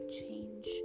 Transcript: change